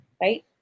right